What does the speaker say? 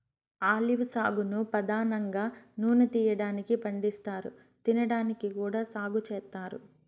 olive సాగును పధానంగా నూనె తీయటానికి పండిస్తారు, తినడానికి కూడా సాగు చేత్తారు